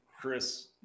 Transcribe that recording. Chris